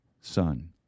Son